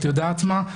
את יודעת מה.